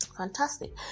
fantastic